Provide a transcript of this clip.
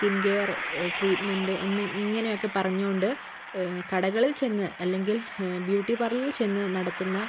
skin care treatment എന്ന് ഇങ്ങനെ ഒക്കെ പറഞ്ഞുകൊണ്ട് കടകളിൽ ചെന്ന് അല്ലെങ്കിൽ ബ്യൂട്ടിപാർലറിൽ ചെന്ന് നടത്തുന്ന